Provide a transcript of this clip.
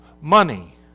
money